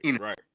right